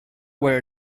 where